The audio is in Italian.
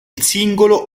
singolo